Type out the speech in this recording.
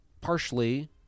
partially